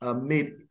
made